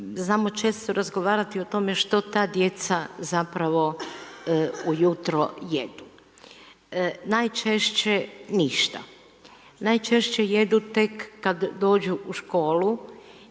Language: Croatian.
znamo često razgovarati o tome što ta djeca zapravo ujutro jedu. Najčešće ništa, najčešće jedu tek kada dođu u školu